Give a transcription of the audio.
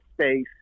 space